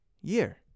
year